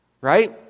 right